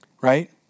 Right